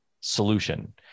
solution